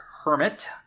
hermit